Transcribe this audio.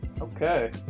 Okay